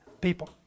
people